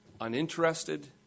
uninterested